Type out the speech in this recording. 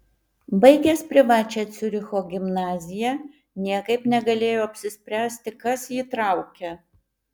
baigęs privačią ciuricho gimnaziją niekaip negalėjo apsispręsti kas jį traukia